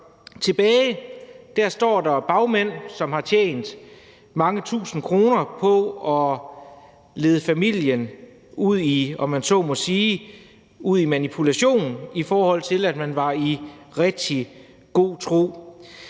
Tilbage står der bagmænd, som har tjent mange tusinde kroner på at manipulere med en familie, der var i rigtig god tro.